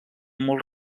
molt